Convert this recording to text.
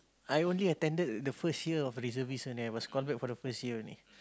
I only attended the first of reservist and I was called back for the first year only